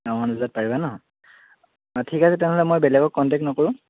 নমান বজাত পাৰিবা নহ্ অঁ ঠিক আছে তেনেহ'লে মই বেলেগক কণ্টেক্ট নকৰোঁ